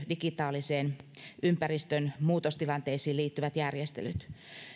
digitaalisen ympäristön muutostilanteisiin liittyvät järjestelyt